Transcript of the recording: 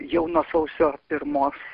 jau nuo sausio pirmos